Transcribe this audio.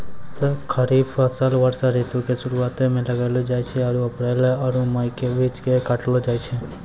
खरीफ फसल वर्षा ऋतु के शुरुआते मे लगैलो जाय छै आरु अप्रैल आरु मई के बीच मे काटलो जाय छै